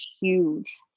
huge